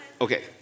Okay